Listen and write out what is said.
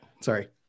Sorry